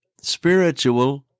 spiritual